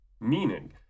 Meaning